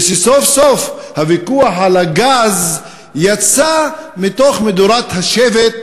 ושסוף-סוף הוויכוח על הגז יצא מתוך מדורת השבט